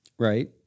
Right